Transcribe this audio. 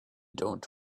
dont